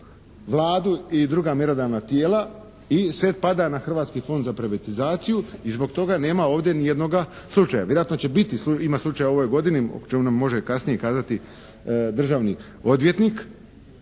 Vladu i druga mjerodavna tijela i sve pada na Hrvatski fond za privatizaciju i zbog toga nema ovdje ni jednoga slučaja. Vjerojatno će biti, ima slučajeva u ovoj godini o čemu nam može kasnije kazati državni odvjetnik